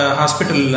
hospital